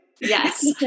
Yes